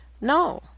No